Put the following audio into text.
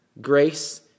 grace